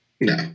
No